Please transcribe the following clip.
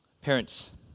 Parents